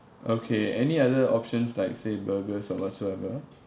okay any other options like say burgers or whatsoever